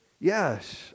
Yes